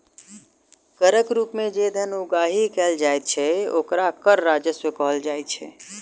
करक रूप मे जे धन उगाही कयल जाइत छै, ओकरा कर राजस्व कहल जाइत छै